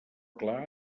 clar